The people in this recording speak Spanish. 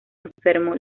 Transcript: enfermo